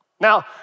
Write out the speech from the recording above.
Now